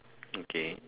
okay